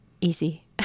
easy